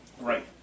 Right